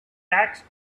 tax